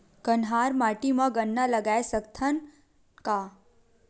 कन्हार माटी म गन्ना लगय सकथ न का?